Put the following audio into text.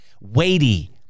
weighty